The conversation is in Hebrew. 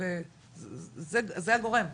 זה הגורם.